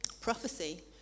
prophecy